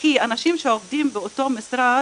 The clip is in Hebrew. כי אנשים שעובדים באותו משרד,